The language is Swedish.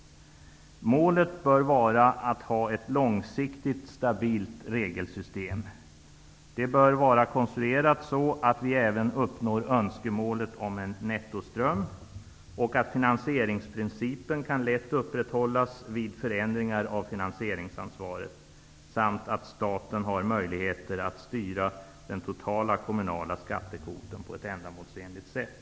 Målet bör vara ett långsiktigt stabilt regelsystem. Det bör vara konstruerat så, att vi även uppnår önskemålet om en nettoström och att finaniseringsprincipen lätt kan upprätthållas vid förändringar av finansieringsansvaret samt att staten har möjligheter att styra den totala kommunala skattekvoten på ett ändamålsenligt sätt.